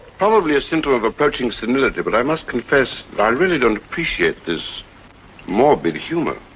probably a symptom of approaching senility, but i must confess that i really don't appreciate this morbid humour.